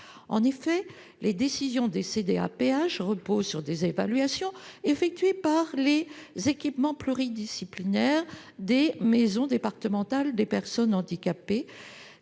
En effet, les décisions de la CDAPH reposent sur des évaluations effectuées par les équipes pluridisciplinaires des maisons départementales des personnes handicapées,